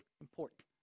important